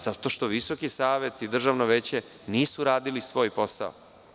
Zato što Visoki savet i Državno veće nisu radili svoj posao.